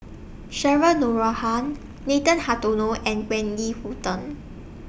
Cheryl Noronha Nathan Hartono and Wendy Hutton